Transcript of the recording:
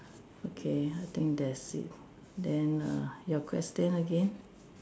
okay I think that's it then err your question again